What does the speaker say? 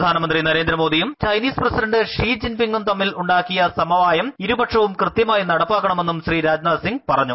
പ്രധാനമന്ത്രി നരേന്ദ്ര മോദിയും Chinese president Xi ജിൻ പിങ്ങും തമ്മിൽ ഉണ്ടാക്കിയ സമവായം ഇരുപക്ഷവും കൃത്യമായി നടപ്പാക്കണങ്കുന്നും രാജ്യരക്ഷാമന്ത്രി പറഞ്ഞു